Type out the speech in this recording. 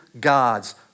gods